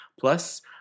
Plus